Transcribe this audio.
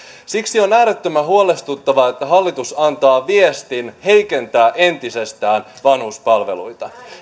siksi on äärettömän huolestuttavaa että hallitus antaa viestin heikentää entisestään vanhuspalveluita